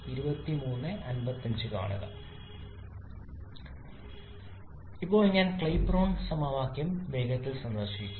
ഇപ്പോൾ ഞാൻ ക്ലാപെറോൺ സമവാക്യം വേഗത്തിൽ സന്ദർശിക്കും